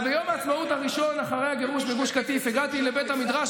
וביום העצמאות הראשון אחרי הגירוש מגוש קטיף הגעתי לבית המדרש